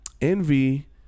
Envy